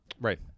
right